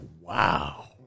wow